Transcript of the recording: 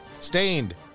Stained